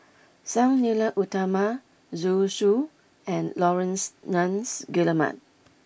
Sang Nila Utama Zhu Xu and Laurence Nunns Guillemard